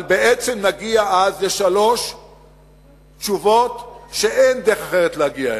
אבל בעצם נגיע אז לשלוש תשובות שאין דרך אחרת להגיע אליהן.